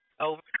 over